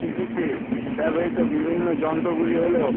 কৃষিতে ব্যবহৃত বিভিন্ন যন্ত্রগুলি হলো